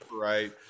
right